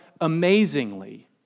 amazingly